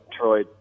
Troy